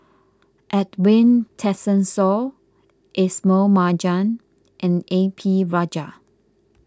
Edwin Tessensohn Ismail Marjan and A P Rajah